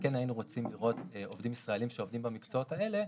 וכן היינו רוצים לראות עובדים ישראלים שעובדים במקצועות האלה.